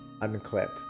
Unclip